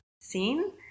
seen